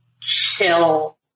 chill